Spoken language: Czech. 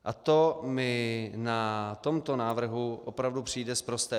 A to mi na tomto návrhu opravdu přijde sprosté.